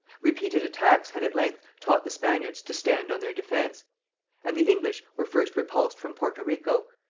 repeated attacks had at length taught the spaniards to stand on their defence and the english were first repulsed from porto rico,